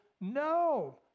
No